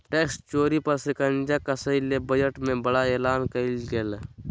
tax चोरी पर शिकंजा कसय ले बजट में बड़ा एलान कइल गेलय